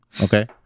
okay